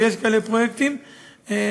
ויש פרויקטים כאלה,